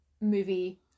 movie